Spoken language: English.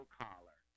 collar